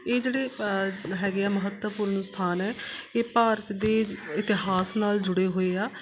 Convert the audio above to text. ਇਹ ਜਿਹੜੇ ਹੈਗੇ ਆ ਮਹੱਤਵਪੂਰਨ ਸਥਾਨ ਹੈ ਇਹ ਭਾਰਤ ਦੇ ਇਤਿਹਾਸ ਨਾਲ ਜੁੜੇ ਹੋਏ ਆ